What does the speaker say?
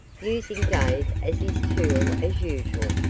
using dave as his tool as usual.